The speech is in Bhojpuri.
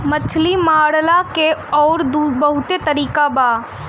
मछरी मारला के अउरी बहुते तरीका हवे